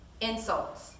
insults